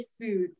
food